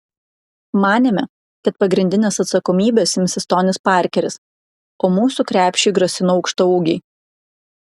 manėme kad pagrindinės atsakomybės imsis tonis parkeris o mūsų krepšiui grasino aukštaūgiai